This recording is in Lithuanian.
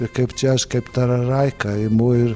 ir kaip čia aš kaip tararaika imu ir